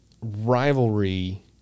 rivalry